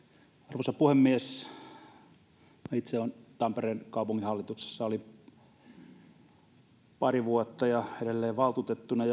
arvoisa puhemies minä itse olin tampereen kaupunginhallituksessa pari vuotta ja edelleen valtuutettuna